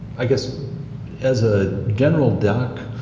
i guess as a general doc,